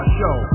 show